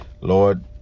Lord